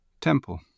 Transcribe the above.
Temple